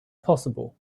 possible